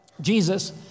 Jesus